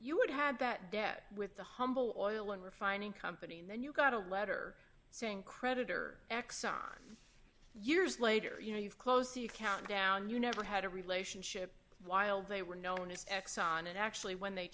you would had that debt with the humble oil and refining company and then you got a letter saying creditor exxon years later you know you've closed the account down you never had a relationship while they were known as exxon and actually when they